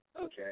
Okay